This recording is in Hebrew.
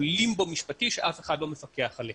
לימבו משפטי שאף אחד לא מפקח עליהם.